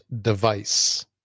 device